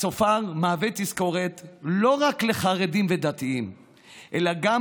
הצופר מהווה תזכורת לא רק לחרדים ולדתיים אלא גם